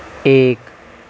ایک